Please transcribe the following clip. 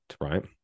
right